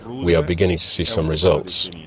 we are beginning to see some results.